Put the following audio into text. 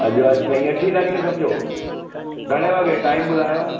अॼ आहे छई अठीं तारीख़ सम्झो घणे वॻे टाइम ॿुधायो